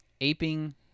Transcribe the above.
aping